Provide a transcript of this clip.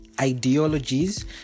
ideologies